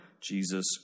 Jesus